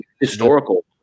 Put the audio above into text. Historical